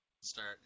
Start